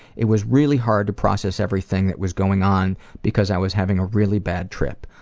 it was really hard to process everything that was going on because i was having a really bad trip.